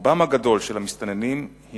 רובם הגדול של המסתננים הם